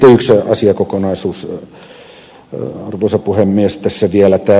sitten yksi asiakokonaisuus arvoisa puhemies tässä vielä